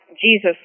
Jesus